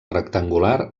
rectangular